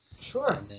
Sure